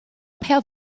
pair